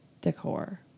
decor